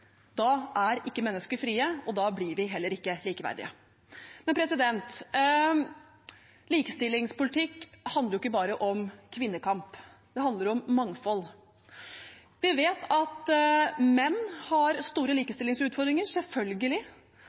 Da er ikke mennesker frie, og da blir vi heller ikke likeverdige. Likestillingspolitikk handler jo ikke bare om kvinnekamp, det handler om mangfold. Vi vet at menn har store likestillingsutfordringer – selvfølgelig.